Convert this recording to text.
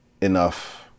enough